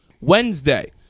Wednesday